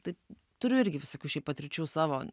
taip turiu irgi visokių šiaip patirčių savo